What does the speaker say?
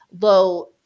low